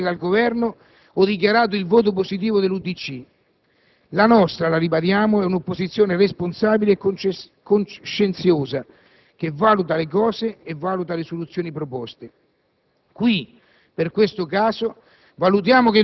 Proprio di recente, e per ben due disegni di legge delega al Governo, ho dichiarato il voto positivo dell'UDC. La nostra, lo ribadiamo, è un'opposizione responsabile e coscienziosa, che valuta le cose e valuta le soluzioni proposte.